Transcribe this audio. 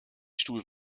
stuhl